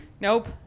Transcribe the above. nope